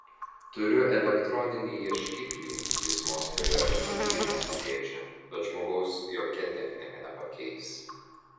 turiu elektroninį ieškiklį jis mostelėjo į įrankių dėžę bet žmogaus jokia technika nepakeis